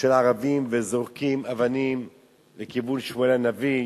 של ערבים וזורקים אבנים לכיוון שמואל-הנביא,